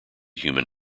human